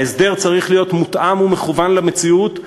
ההסדר צריך להיות מותאם ומכוון למציאות,